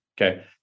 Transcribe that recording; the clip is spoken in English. Okay